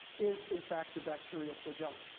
is in fact the bacterial flagellum.